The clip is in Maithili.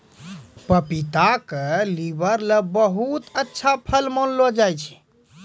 पपीता क लीवर ल बहुत अच्छा फल मानलो जाय छै